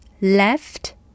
left